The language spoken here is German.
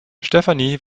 stefanie